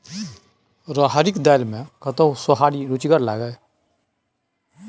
राहरिक दालि मे कतहु सोहारी रुचिगर लागय?